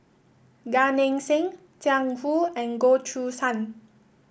Gan Eng Seng Jiang Hu and Goh Choo San